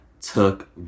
took